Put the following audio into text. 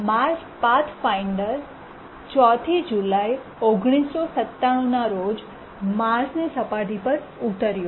Mars Pathfinder 4th July 1997 ના રોજ માર્સની સપાટી પર ઉતર્યો